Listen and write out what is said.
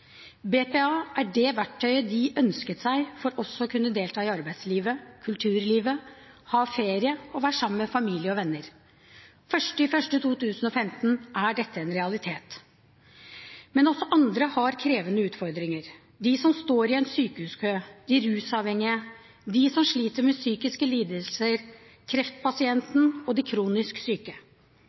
BPA er det verktøyet de ønsket seg for også å kunne delta i arbeidslivet, kulturlivet, ha ferie og være sammen med familie og venner. Den 1. januar 2015 er dette en realitet. Men også andre har krevende utfordringer: de som står i en sykehuskø, de rusavhengige, de som sliter med psykiske lidelser, kreftpasienten og de kronisk syke.